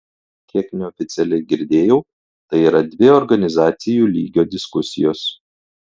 kiek neoficialiai girdėjau tai yra dvi organizacijų lygio diskusijos